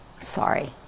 Sorry